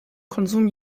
konsum